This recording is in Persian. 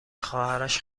خواهرش